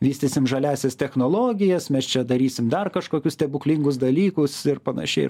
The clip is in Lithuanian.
vystysim žaliąsias technologijas mes čia darysim dar kažkokius stebuklingus dalykus ir panašiai